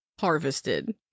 Harvested